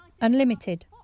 Unlimited